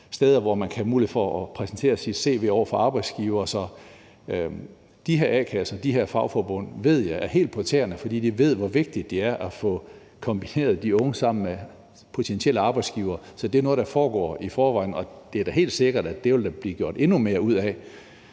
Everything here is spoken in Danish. steder, hvor man kan have mulighed for at præsentere sit cv over for arbejdsgivere. Så de her a-kasser og fagforbund ved jeg er helt på tæerne, fordi de ved, hvor vigtigt det er at få kombineret de unge med potentielle arbejdsgivere. Så det er noget, der foregår i forvejen. Og det er da helt sikkert, at det vil der blive gjort endnu mere ud af.